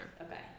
Okay